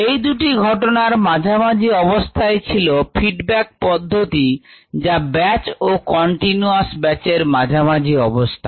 এই দুটি ঘটনার মাঝামাঝি অবস্থায় ছিল ফিডব্যাক পদ্ধতি যা ব্যাচ ও কন্টিনিউয়াস ব্যাচের মাঝামাঝি অবস্থা